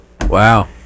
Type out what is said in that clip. Wow